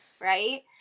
right